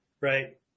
right